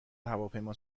هواپیما